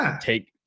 take